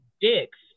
dicks